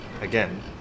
again